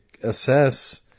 assess